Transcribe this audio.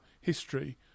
history